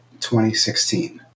2016